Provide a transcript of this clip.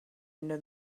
into